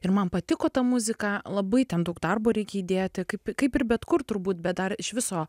ir man patiko ta muzika labai ten daug darbo reikia įdėti kaip kaip ir bet kur turbūt bet dar iš viso